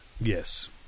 Yes